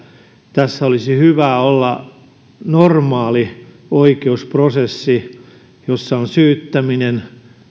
tässä olisi hyvä olla normaali oikeusprosessi jossa on syyttäminen